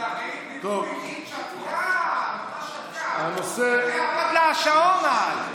כשאחרים דיברו עידית שתקה, ממש שתקה, השעון אז.